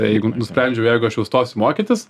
jeigu nusprendžiu jeigu aš jau stosiu mokytis